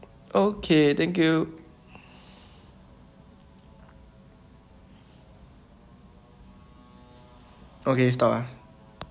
okay thank you okay stop uh